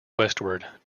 westward